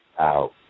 out